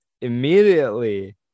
immediately